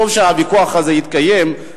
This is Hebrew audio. וטוב שהוויכוח הזה יתקיים,